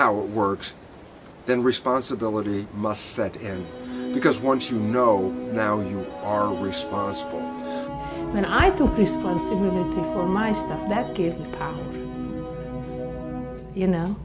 how it works then responsibility must set in because once you know now you are responsible and i don't mind that you know you know